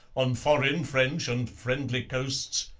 on foreign french, and friendly coasts.